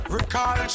Recall